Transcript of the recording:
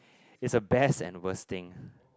it's the best and worst thing